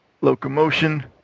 locomotion